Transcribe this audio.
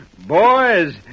Boys